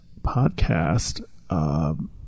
podcast